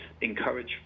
encourage